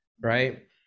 right